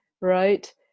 right